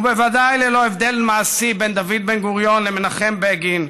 ובוודאי ללא הבדל מעשי בין דוד בן-גוריון למנחם בגין,